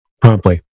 promptly